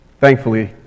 thankfully